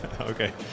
Okay